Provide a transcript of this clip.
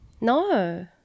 No